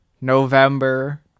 November